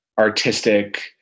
artistic